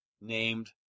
named